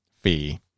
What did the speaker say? fee